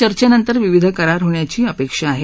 चर्चॅनंतर विविध करार होण्याची अपेक्षा आहे